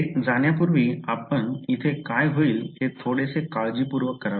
येथे जाण्यापूर्वी आपण येथे काय होईल हे थोडेसे काळजीपूर्वक करावे